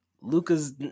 Luca's